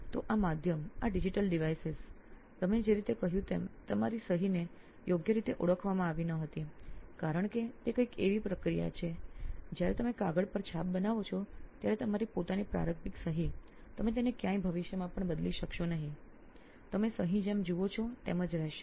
તો આ માધ્યમ આ ડિજિટલ ડિવાઇસેસ તમે જે રીતે કહ્યું તેમ તમારી સહીને યોગ્ય રીતે ઓળખવામાં આવી ન હતી કારણ કે તે કંઈક એવી પ્રક્રિયા છે જ્યારે તમે કાગળ પર છાપ બનાવો છો ત્યારે તમારી પોતાની પ્રારંભિક સહી તમે તેને ક્યાંય ભવિષ્યમાં પણ બદલી શકશો નહીં તમે સહી જેમ જુઓ છો તેમ જ રહેશે